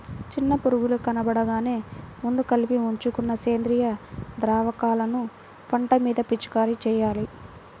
చిన్న పురుగులు కనబడగానే ముందే కలిపి ఉంచుకున్న సేంద్రియ ద్రావకాలను పంట మీద పిచికారీ చెయ్యాలి